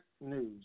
news